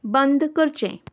बंद करचें